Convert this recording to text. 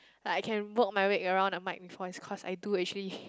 like I can work my way around a mic before it's cause I do actually